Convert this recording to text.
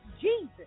Jesus